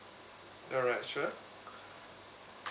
alright sure